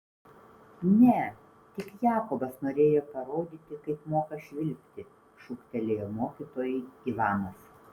ne tik jakobas norėjo parodyti kaip moka švilpti šūktelėjo mokytojui ivanas